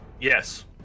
Yes